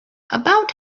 about